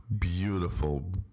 beautiful